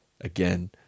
again